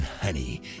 honey